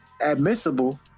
admissible